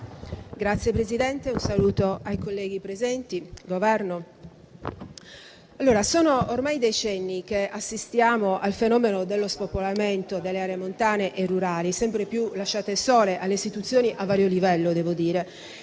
Signor Presidente, saluto innanzitutto i colleghi presenti e il Governo. Sono ormai decenni che assistiamo al fenomeno dello spopolamento delle aree montane e rurali, sempre più lasciate sole dalle istituzioni a vario livello.